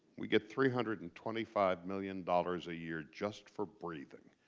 we get three hundred and twenty five million dollars a year just for breathing.